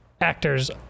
actors